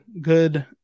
good